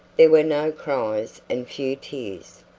there were no cries and few tears.